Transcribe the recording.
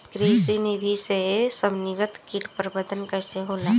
कृषि विधि से समन्वित कीट प्रबंधन कइसे होला?